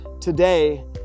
today